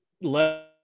let